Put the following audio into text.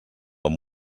amb